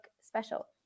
special